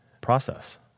process